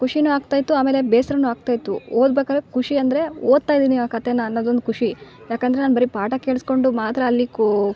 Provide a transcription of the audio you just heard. ಖುಷಿನು ಆಗ್ತಾಯಿತ್ತು ಆಮೇಲೆ ಬೇಸರನು ಆಗ್ತಾಯಿತ್ತು ಓದ್ಬೇಕಾದರೆ ಖುಷಿ ಅಂದರೆ ಓದ್ತಾ ಇದೀನಿ ಆ ಕತೆನ ಅನ್ನೋದೊಂದು ಖುಷಿ ಯಾಕಂದರೆ ನಾನು ಬರಿ ಪಾಠ ಕೇಳ್ಸ್ಕೊಂಡು ಮಾತ್ರ ಅಲ್ಲಿ ಕೂ